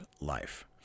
life